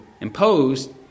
imposed